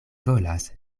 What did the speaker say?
volas